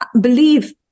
believe